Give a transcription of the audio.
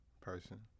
person